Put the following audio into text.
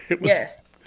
yes